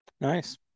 Nice